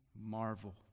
marvel